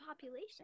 population